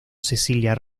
cecilia